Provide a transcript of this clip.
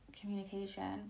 communication